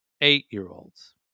Eight-year-olds